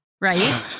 Right